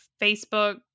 Facebook